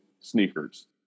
sneakers